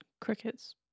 Crickets